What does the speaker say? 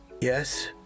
Yes